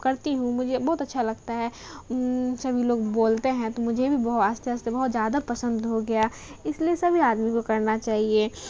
کرتی ہوں مجھے بہت اچھا لگتا ہے سبھی لوگ بولتے ہیں تو مجھے بھی بہ آہستہ آہستہ بہت زیادہ پسند ہو گیا اس لیے سبھی آدمی کو کرنا چاہیے